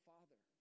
Father